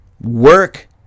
work